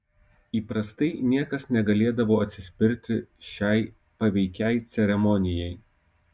įprastai niekas negalėdavo atsispirti šiai paveikiai ceremonijai